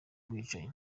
bwicanyi